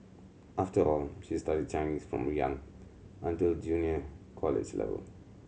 after all she studied Chinese from young until junior college level